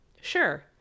Sure